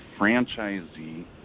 franchisee